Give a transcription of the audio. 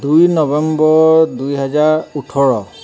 দুই নৱেম্বৰ দুহেজাৰ ওঠৰ